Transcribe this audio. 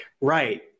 Right